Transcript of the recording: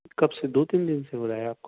کب سے دو تین دِن سے ہو رہا ہے آپ کو